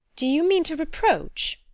do you mean to reproach